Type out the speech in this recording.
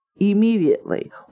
Immediately